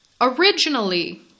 Originally